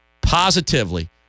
positively